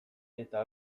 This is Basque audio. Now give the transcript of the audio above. eta